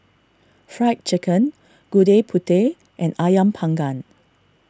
Fried Chicken Gudeg Putih and Ayam Panggang